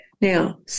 Now